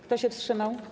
Kto się wstrzymał?